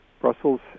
Brussels